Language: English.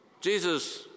Jesus